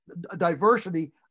diversity